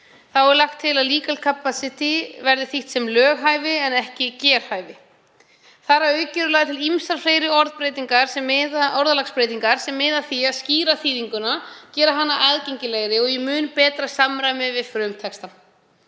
Þá er lagt til að „legal capacity“ verði þýtt sem löghæfi en ekki gerhæfi. Þar að auki eru lagðar til ýmsar fleiri orðalagsbreytingar sem miða að því að skýra þýðinguna, gera hana aðgengilegri og í mun betra samræmi við frumtexta.